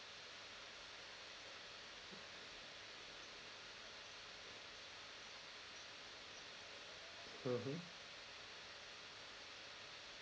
mmhmm